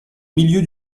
milieu